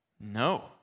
No